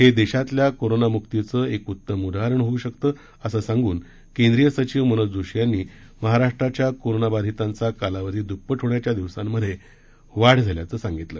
हे देशातल्या कोरोनामुक्तीचे एक उत्तम उदाहरण होऊ शकतं असे सांगून केंद्रीय सचिव मनोज जोशी यांनी महाराष्ट्राच्या कोरोना बाधितांचा कालावधी दुप्पट होण्याच्या दिवसांमध्ये वाढ झाल्याचं सांगितलं